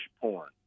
Porn